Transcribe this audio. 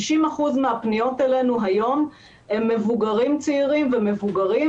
60% מהפניות אלינו היום הם מבוגרים צעירים ומבוגרים,